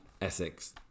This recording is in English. Essex